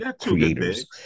creators